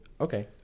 Okay